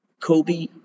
Kobe